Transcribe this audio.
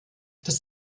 das